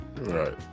Right